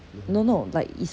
no no like it's